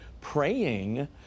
praying